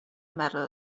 medal